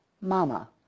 Mama